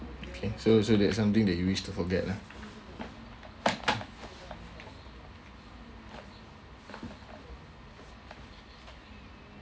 okay so so that's something that you wish to forget lah